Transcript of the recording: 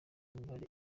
mibare